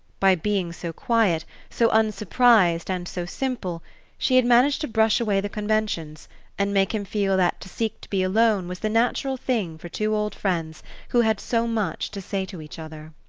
by being so quiet, so unsurprised and so simple she had managed to brush away the conventions and make him feel that to seek to be alone was the natural thing for two old friends who had so much to say to each other.